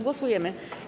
Głosujemy.